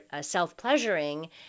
self-pleasuring